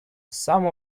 some